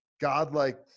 godlike